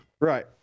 Right